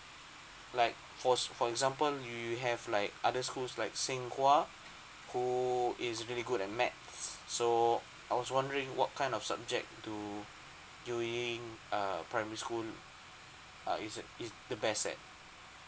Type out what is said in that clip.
like for s~ for example you you have like other schools like sing hua who is really good at math so I was wondering what kind of subject do yu ying err primary school uh is it is the best at